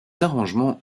arrangements